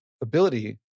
ability